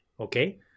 Okay